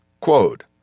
Quote